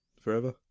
forever